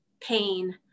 pain